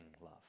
love